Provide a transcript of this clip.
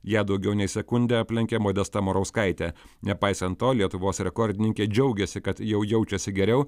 ją daugiau nei sekunde aplenkė modesta morauskaitė nepaisant to lietuvos rekordininkė džiaugėsi kad jau jaučiasi geriau